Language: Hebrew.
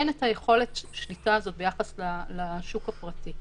אין יכולת השליטה הזאת ביחס לשוק הפרטי,